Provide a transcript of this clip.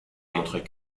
montrait